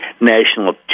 national